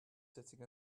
sitting